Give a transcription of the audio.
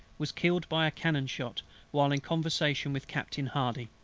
was killed by a cannon-shot while in conversation with captain hardy.